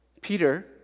Peter